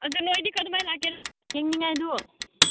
ꯑꯗꯣ ꯅꯣꯏꯗꯤ ꯀꯩꯗꯧꯉꯩ ꯂꯥꯛꯀꯦꯔꯥ ꯌꯦꯡꯅꯤꯡꯉꯥꯏꯗꯨ